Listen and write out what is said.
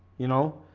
you know,